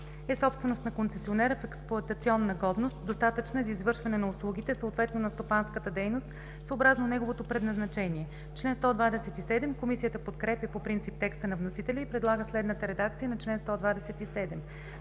е собственост на концесионера, в експлоатационна годност, достатъчна за извършване на услугите, съответно на стопанската дейност, съобразно неговото предназначение.“ Комисията подкрепя по принцип текста на вносителя и предлага следната редакция на чл. 127: